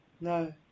No